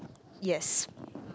yes